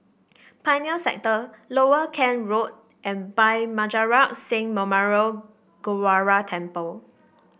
Pioneer Sector Lower Kent Road and Bhai Maharaj Singh Memorial Gurdwara Temple